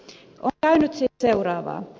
on käynyt siis seuraavaa